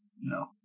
No